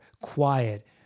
quiet